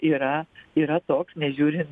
yra yra toks nežiūrint